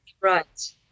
right